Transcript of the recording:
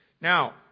Now